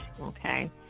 okay